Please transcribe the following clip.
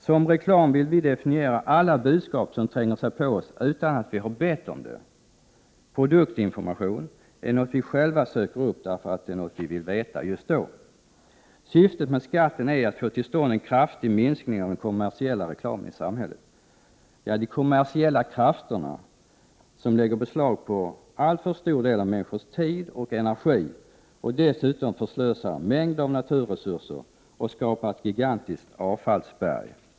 Som reklam vill vi definiera alla budskap som tränger sig på oss utan att vi har bett om det. Produktinformation är något vi själva söker upp, därför att det är något vi vill veta just då. Syftet med skatten är att få till stånd en kraftig minskning av den kommersiella reklamen i samhället, ja, de kommersiella krafterna som lägger beslag på allt för stor del av människors tid och energi och dessutom förslösar mängder av naturresurser och skapar ett gigantiskt avfallsberg.